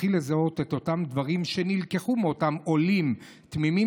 נתחיל לזהות את אותם דברים שנלקחו מאותם עולים תמימים